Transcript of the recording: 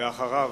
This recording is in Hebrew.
אחריו,